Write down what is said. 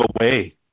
away